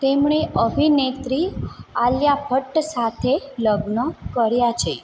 તેમણે અભિનેત્રી આલિયા ભટ્ટ સાથે લગ્ન કર્યાં છે